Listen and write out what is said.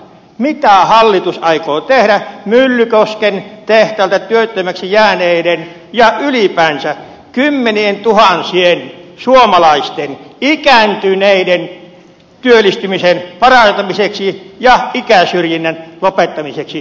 mitä hallitus aikoo tehdä myllykosken tehtaalta työttömäksi jääneiden ja ylipäänsä kymmenientuhansien suomalaisten ikääntyneiden työllistymisen parantamiseksi ja ikäsyrjinnän lopettamiseksi työelämässä